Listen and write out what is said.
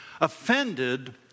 offended